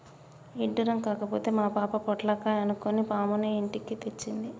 ఇడ్డురం కాకపోతే మా పాప పొట్లకాయ అనుకొని పాముని ఇంటికి తెచ్చింది